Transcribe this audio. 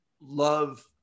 love